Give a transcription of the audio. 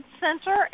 Center